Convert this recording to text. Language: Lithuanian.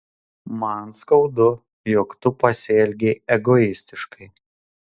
man skaudu jog tu pasielgei egoistiškai